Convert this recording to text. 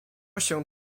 się